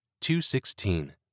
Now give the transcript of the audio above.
2.16